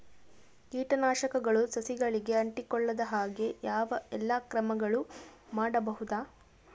ಕೇಟನಾಶಕಗಳು ಸಸಿಗಳಿಗೆ ಅಂಟಿಕೊಳ್ಳದ ಹಾಗೆ ಯಾವ ಎಲ್ಲಾ ಕ್ರಮಗಳು ಮಾಡಬಹುದು?